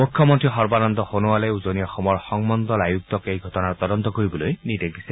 মুখ্যমন্ত্ৰী সৰ্বানন্দ সোণোৱালে উজনি অসমৰ সংমণ্ডল আয়ুক্তক এই ঘটনাৰ তদন্ত কৰাৰ নিৰ্দেশ দিছে